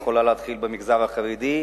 היא יכולה להתחיל במגזר החרדי.